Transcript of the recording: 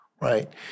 right